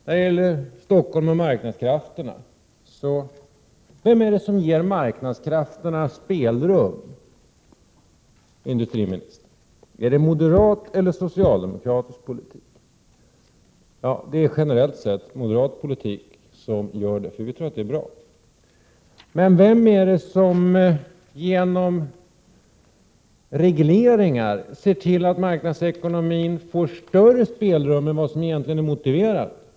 På tal om Stockholm och marknadskrafterna vill jag fråga: Vem är det som ger marknadskrafterna spelrum — är det moderaterna eller socialdemokraterna? Generellt är det moderat politik som gör det, för vi tror att det är bra. Vem är det som genom regleringar ser till att marknadsekonomin får större spelrum än vad som egentligen är motiverat?